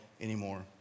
anymore